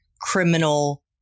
criminal